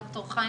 ד"ר חיים